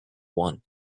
one